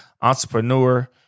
entrepreneur